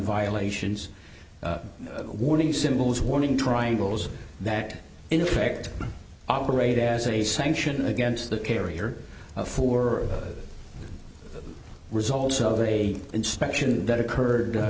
violations warning symbols warning triangles that in effect operate as a sanction against the carrier for the results of a inspection that occurred